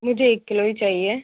मुझे एक किलो ही चाहिए